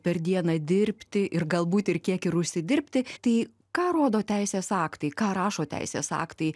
per dieną dirbti ir galbūt ir kiek ir užsidirbti tai ką rodo teisės aktai ką rašo teisės aktai